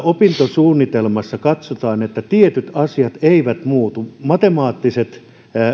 opintosuunnitelmassa katsotaan että tietyt asiat eivät muutu matemaattiset